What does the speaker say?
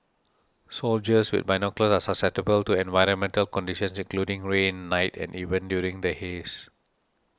soldiers with binoculars are susceptible to environmental conditions including rain night and even during the haze